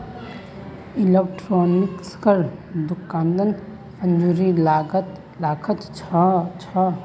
इलेक्ट्रॉनिक्सेर दुकानत पूंजीर लागत लाखत ह छेक